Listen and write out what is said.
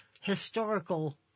historical